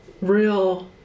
real